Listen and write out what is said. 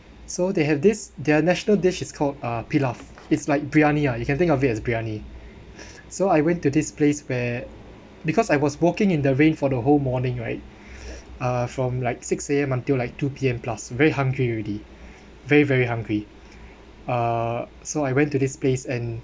so they have this their national dish is called uh pilaf is like briyani ah you can think of it as briyani so I went to this place where because I was walking in the rain for the whole morning right uh from like six A_M until like two P_M plus very hungry already very very hungry uh so I went to this place and